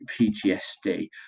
PTSD